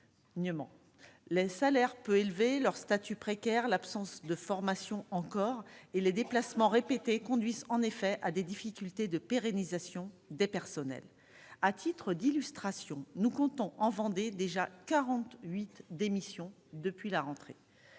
les salaires peu élevés, leur statut précaire, l'absence de formation encore et les déplacements répétés conduisent en effet à des difficultés de pérennisation des personnels, à titre d'illustration, nous comptons en Vendée, déjà 40 8 démission depuis la rentrée,